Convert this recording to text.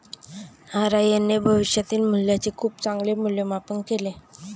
नारायणने भविष्यातील मूल्याचे खूप चांगले मूल्यमापन केले